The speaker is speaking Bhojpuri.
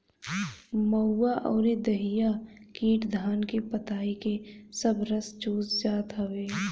महुआ अउरी दहिया कीट धान के पतइ के सब रस चूस जात हवे